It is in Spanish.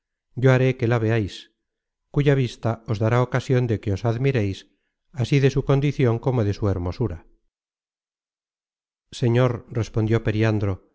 yo haré que la veais cuya vista os dará ocasion de que os admireis así de su condicion como de su hermosura señor respondió periandro